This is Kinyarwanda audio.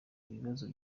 bibazo